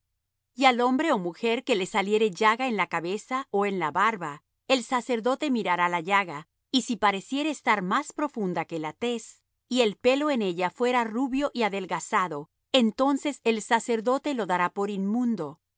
y al hombre ó mujer que le saliere llaga en la cabeza ó en la barba el sacerdote mirará la llaga y si pareciere estar más profunda que la tez y el pelo en ella fuera rubio y adelgazado entonces el sacerdote lo dará por inmundo